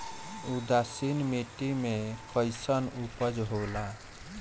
उदासीन मिट्टी में कईसन उपज होला?